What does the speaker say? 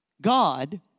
God